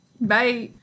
Bye